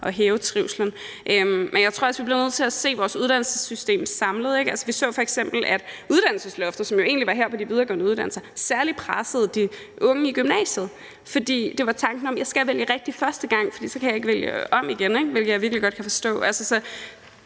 at øge trivslen. Men jeg tror også, vi bliver nødt til at se vores uddannelsessystem samlet. Vi så f.eks., at uddannelsesloftet, som jo egentlig var på de videregående uddannelser, særlig pressede de unge i gymnasiet, som tænkte: Jeg skal vælge rigtigt første gang, for jeg kan ikke vælge om igen. Og det kan jeg virkelig godt forstå.